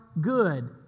good